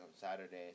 Saturday